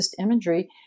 imagery